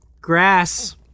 grass